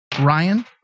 Ryan